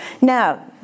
Now